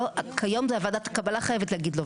כיום זה ועדת הקבלה חייבת להגיד לו.